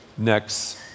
Next